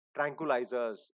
tranquilizers